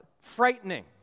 frightening